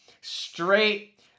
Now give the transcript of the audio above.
straight